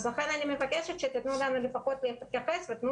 אז לכן אני מבקשת שתיתנו לנו לפחות להתייחס ותנו